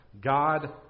God